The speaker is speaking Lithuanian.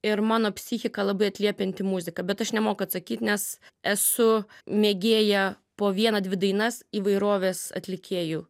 ir mano psichiką labai atliepianti muzika bet aš nemoku atsakyt nes esu mėgėja po vieną dvi dainas įvairovės atlikėjų